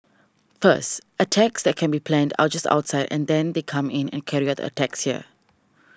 first attacks that can be planned outjust outside and then they come in and carry out the attacks here